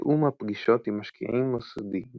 תיאום הפגישות עם משקיעים מוסדיים